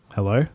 Hello